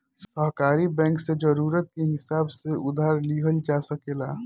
सहकारी बैंक से जरूरत के हिसाब से उधार लिहल जा सकेला